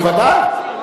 בוודאי.